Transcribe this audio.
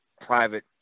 private